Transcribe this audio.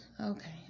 Okay